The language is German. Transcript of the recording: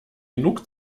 genug